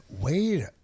wait